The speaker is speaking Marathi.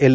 एल